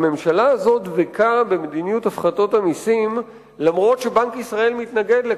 הממשלה הזאת דבקה במדיניות הפחתות המסים אף שבנק ישראל מתנגד לכך.